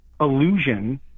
illusion